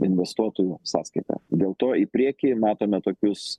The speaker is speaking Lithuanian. investuotojų sąskaita dėl to į priekį matome tokius